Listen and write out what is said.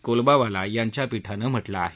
कोलाबावाला यांच्या पीठानं म्हटलं आहे